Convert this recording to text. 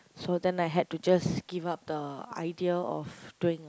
so then I had to just give up the idea of doing a